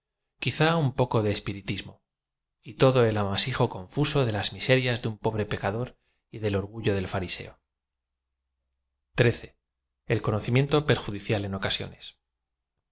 quizá un poco de espiritismo y todo el amasijo con fuso de laa miserias de un pobre pecador y d el orgullo del fariseo xiii el conocimiento perjudicial en ocasionee